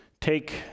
take